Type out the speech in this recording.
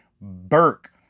Burke